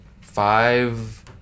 five